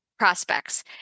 prospects